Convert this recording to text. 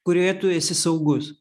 kurioje tu esi saugus